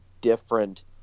different